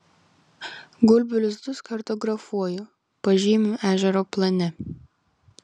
gulbių lizdus kartografuoju pažymiu ežero plane